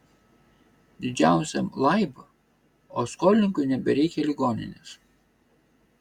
didžiausiam laib o skolininkui nebereikia ligoninės